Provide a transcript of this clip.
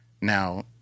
Now